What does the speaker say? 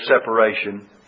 separation